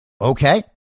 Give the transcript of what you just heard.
Okay